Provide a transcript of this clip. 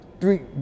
three